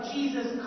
Jesus